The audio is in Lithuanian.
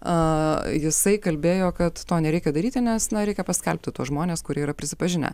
a jisai kalbėjo kad to nereikia daryti nes na reikia paskelbti tuos žmones kurie yra prisipažinę